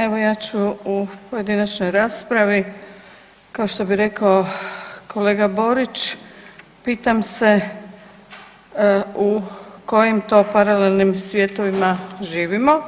Evo ja ću u pojedinačnoj raspravi kao što bi rekao kolega Borić, pitam se u kojim to paralelnim svjetovima živimo,